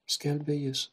skelbia jis